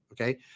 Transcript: Okay